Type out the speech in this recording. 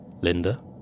Linda